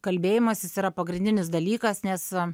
kalbėjimasis yra pagrindinis dalykas nes